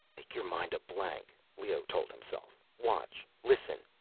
make your mind a blank, leoh told himself. watch. listen.